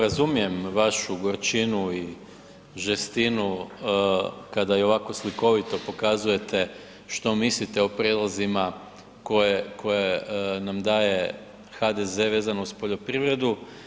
Razumijem vašu gorčinu i žestinu kada je ovako slikovito pokazujete što mislite o prijedlozima koje nam daje HDZ vezano uz poljoprivredu.